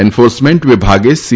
enforcement વિભાગે C